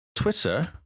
Twitter